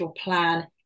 plan